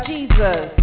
Jesus